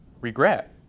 regret